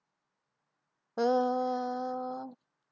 uh